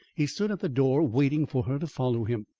he stood at the door waiting for her to follow him.